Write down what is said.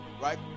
right